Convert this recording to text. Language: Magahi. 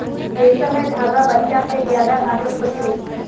रेसमर धागा बच्चा से ज्यादा नाजुक हो छे